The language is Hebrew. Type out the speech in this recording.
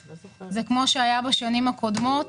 סכום זהה למה שהיה בשנים הקודמות.